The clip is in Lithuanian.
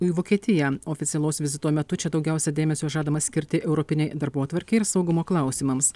į vokietiją oficialaus vizito metu čia daugiausia dėmesio žadama skirti europinei darbotvarkei ir saugumo klausimams